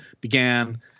began